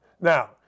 Now